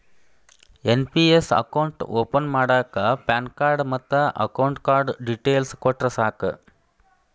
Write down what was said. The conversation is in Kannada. ಎನ್.ಪಿ.ಎಸ್ ಅಕೌಂಟ್ ಓಪನ್ ಮಾಡಾಕ ಪ್ಯಾನ್ ಕಾರ್ಡ್ ಮತ್ತ ಅಕೌಂಟ್ ಡೇಟೇಲ್ಸ್ ಕೊಟ್ರ ಸಾಕ